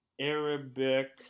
Arabic